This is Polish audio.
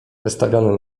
wystawiany